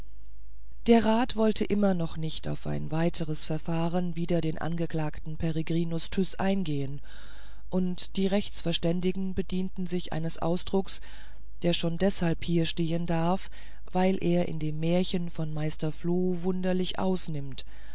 der rat wollte immer noch nicht auf ein weiteres verfahren wider den angeklagten peregrinus tyß eingehen und die rechtsverständigen bedienten sich eines ausdrucks der schon deshalb hier stehen darf weil er sich in dem märchen vom meister floh wunderlich ausnimmt